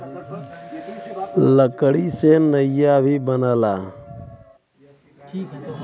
लकड़ी से नइया भी बनला